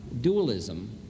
dualism